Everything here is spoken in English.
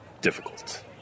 difficult